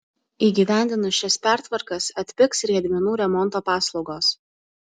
įgyvendinus šias pertvarkas atpigs riedmenų remonto paslaugos